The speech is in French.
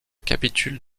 capitule